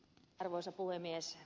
arvoisa puhemies